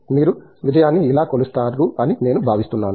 మీరు విజయాన్ని ఇలా కొలుస్తారు అని నేను భావిస్తున్నాను